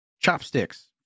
chopsticks